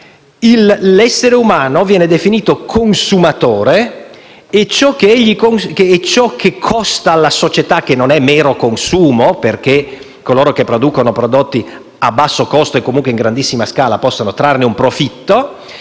cancellerie - viene definito consumatore e ciò che costa alla società e non è mero consumo, affinché coloro che producono prodotti a basso costo e comunque in grandissima scala possano trarne un profitto,